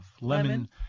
Lemon